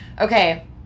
Okay